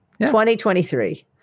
2023